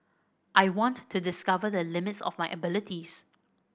I wanted to discover the limits of my abilities